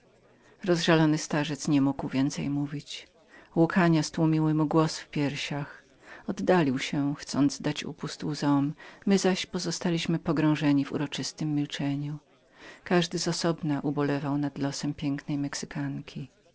rozżalony starzec nie mógł więcej mówić łkania zatłumiły mu głos w piersiach oddalił się chcąc dać wolny bieg łzom my zaś pozostaliśmy pogrążeni w uroczystem milczeniumilczeniu każdy z osobna ubolewał nad losem pięknej